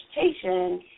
vegetation